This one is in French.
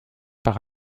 par